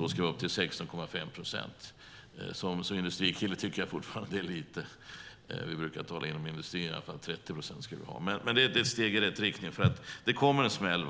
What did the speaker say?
Vi ska upp till 16,5 procent. Som industrikille tycker jag fortfarande att det är lite. Inom industrin brukar vi tala om att vi i alla fall ska ha 30 procent. Men det är ett steg i rätt riktning, för det kommer en smäll.